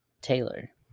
Taylor